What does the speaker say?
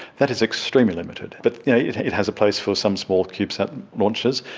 that is extremely limited, but yeah it it has a place for some small cubesat launches,